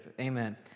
amen